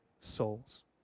souls